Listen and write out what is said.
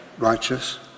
righteous